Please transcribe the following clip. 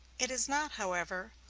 it is not, however,